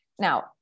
Now